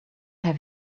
have